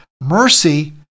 mercy